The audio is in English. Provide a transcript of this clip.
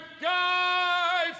Guy